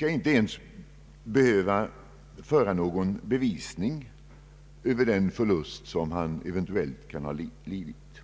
inte ens skall behöva föra någon bevisning över den förlust som han eventuellt kan ha lidit.